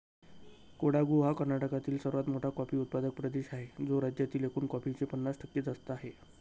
कोडागु हा कर्नाटकातील सर्वात मोठा कॉफी उत्पादक प्रदेश आहे, जो राज्यातील एकूण कॉफीचे पन्नास टक्के जास्त आहे